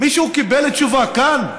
מישהו קיבל תשובה כאן,